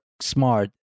smart